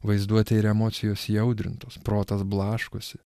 vaizduotė ir emocijos įaudrintos protas blaškosi